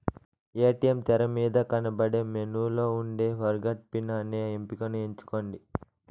ATM తెరమీద కనబడే మెనూలో ఉండే ఫర్గొట్ పిన్ అనే ఎంపికని ఎంచుకోండి